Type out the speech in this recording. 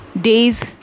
Days